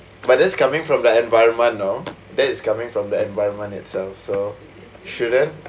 by just coming from the environment know that is coming from the environment itself so shouldn't